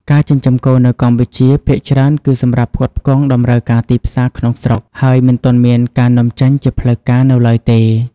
ការចិញ្ចឹមគោនៅកម្ពុជា ភាគច្រើនគឺសម្រាប់ផ្គត់ផ្គង់តម្រូវការទីផ្សារក្នុងស្រុក ហើយមិនទាន់មានការនាំចេញជាផ្លូវការនៅឡើយទេ។